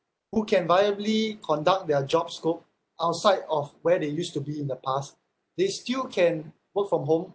who can viably conduct their job scope outside of where they used to be in the past they still can work from home